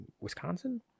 Wisconsin